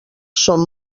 som